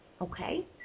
okay